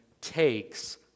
takes